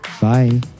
Bye